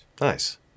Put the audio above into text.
Nice